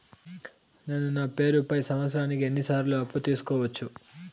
నేను నా పేరుపై సంవత్సరానికి ఎన్ని సార్లు అప్పు తీసుకోవచ్చు?